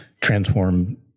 transform